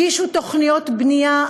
הגישו תוכניות בנייה,